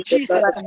Jesus